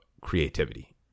creativity